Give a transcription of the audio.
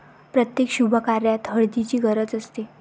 प्रत्येक शुभकार्यात हळदीची गरज असते